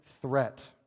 threat